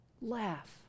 laugh